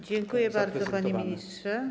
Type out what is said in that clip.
Dziękuję bardzo, panie ministrze.